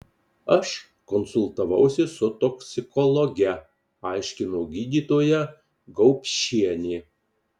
aš konsultavausi su toksikologe aiškino gydytoja gaupšienė